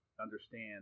understand